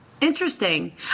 Interesting